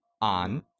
on